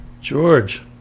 George